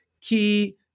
key